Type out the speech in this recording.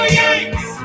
yanks